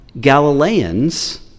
Galileans